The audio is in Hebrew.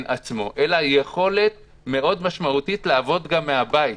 עצמו אלא יכולת מאוד משמעותית לעבוד גם מהבית.